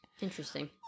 Interesting